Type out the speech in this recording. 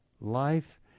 Life